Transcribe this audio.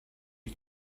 you